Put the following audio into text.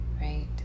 right